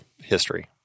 history